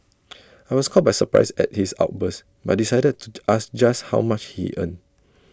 I was caught by surprise at his outburst but decided to the ask just how much he earned